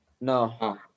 No